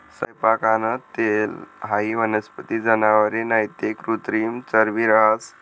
सैयपाकनं तेल हाई वनस्पती, जनावरे नैते कृत्रिम चरबी रहास